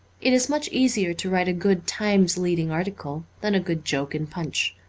it is much easier to write a good times leading article than a good joke in punch.